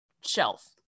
shelf